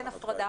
אין הפרדה,